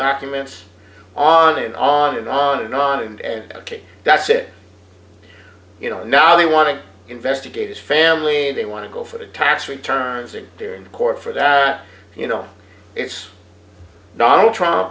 documents on and on and on and on and ok that's it you know now they want to investigate his family they want to go for the tax returns are there in court for that you know it's donald trump